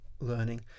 learning